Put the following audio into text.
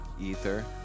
ether